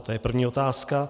To je první otázka.